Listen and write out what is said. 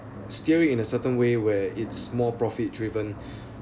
steer it in a certain way where it's more profit driven